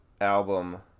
album